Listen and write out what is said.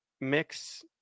mix